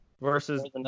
versus